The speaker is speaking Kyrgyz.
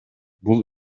бул